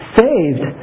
saved